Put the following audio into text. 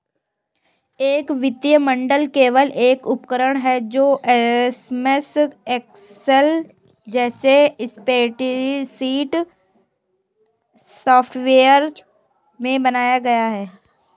एक वित्तीय मॉडल केवल एक उपकरण है जो एमएस एक्सेल जैसे स्प्रेडशीट सॉफ़्टवेयर में बनाया गया है